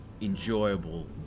enjoyable